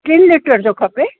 टिनि लीटर जो खपे